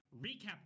recap